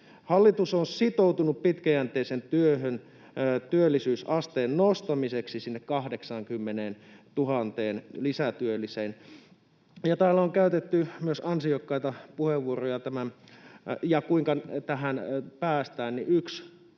Hallitus on sitoutunut pitkäjänteiseen työhön työllisyysasteen nostamiseksi sinne 80 000 lisätyölliseen. Ja täällä on käytetty myös ansiokkaita puheenvuoroja tämän... Ja kuinka tähän päästään, niin